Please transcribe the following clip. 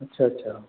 अच्छा अच्छा